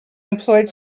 employed